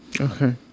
Okay